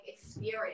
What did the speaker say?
experience